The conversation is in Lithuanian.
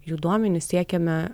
jų duomenis siekiame